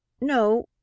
No